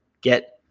get